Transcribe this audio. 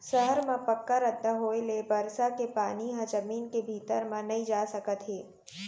सहर म पक्का रद्दा होए ले बरसा के पानी ह जमीन के भीतरी म नइ जा सकत हे